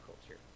culture